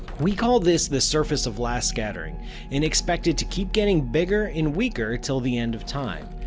we call this the surface of last scattering and expect it to keep getting bigger and weaker till the end of time.